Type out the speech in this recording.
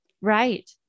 Right